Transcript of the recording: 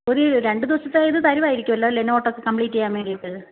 ഒരു രണ്ട് ദിവസത്തെ ഇത് തരുമായിരിക്കോല്ലോല്ലേ നോട്ടൊക്കെ കംപ്ലീറ്റെ ചെയ്യാൻ വേണ്ടീട്ട്